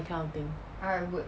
the kind of thing